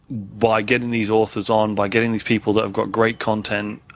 by getting these authors on, by getting these people that have got great content